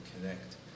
connect